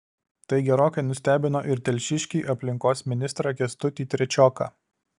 tai gerokai nustebino ir telšiškį aplinkos ministrą kęstutį trečioką